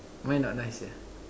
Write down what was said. why not nice ya